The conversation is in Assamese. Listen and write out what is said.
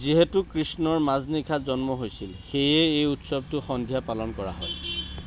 যিহেতু কৃষ্ণৰ মাজনিশা জন্ম হৈছিল সেয়ে এই উৎসৱটো সন্ধিয়া পালন কৰা হয়